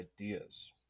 ideas